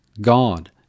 God